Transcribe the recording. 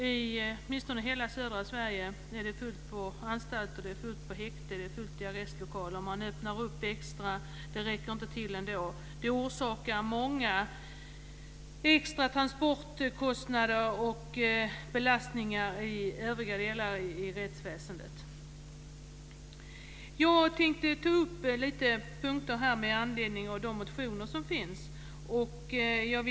I åtminstone hela södra Sverige är det fullt på anstalterna, i häkten och i arrestlokaler. Man öppnar extra utrymmen, men det räcker ändå inte till. Detta förorsakar många extra transportkostnader och belastningar i övriga delar av rättsväsendet. Jag ska ta upp några punkter med anledning av de motioner som behandlas i betänkandet.